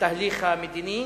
לתהליך המדיני,